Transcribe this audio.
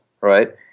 right